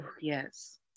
Yes